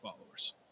followers